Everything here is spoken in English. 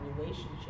relationship